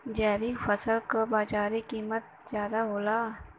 जैविक फसल क बाजारी कीमत ज्यादा होला